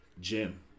Jim